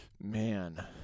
Man